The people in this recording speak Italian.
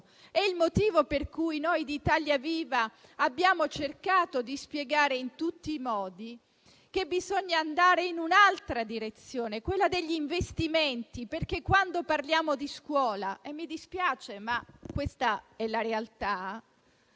È il motivo per cui noi di Italia Viva abbiamo cercato di spiegare in tutti i modi che bisogna andare in un'altra direzione, quella degli investimenti. Quando parliamo di scuola - e mi dispiace, ma questa è la realtà